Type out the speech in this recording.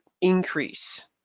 increase